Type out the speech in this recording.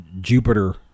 Jupiter